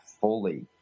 fully